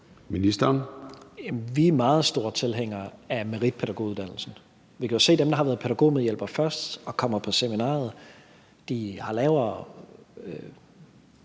Tesfaye): Vi er meget store tilhængere af meritpædagoguddannelsen. Vi kan jo se, at dem, der har været pædagogmedhjælpere først og kommer på seminariet, har lavere